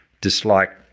dislike